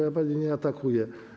Ja pani nie atakuję.